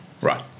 Right